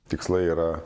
tikslai yra